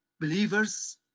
believers